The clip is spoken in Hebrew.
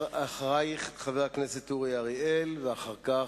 אחרייך, חבר הכנסת אורי אריאל, ואחר כך,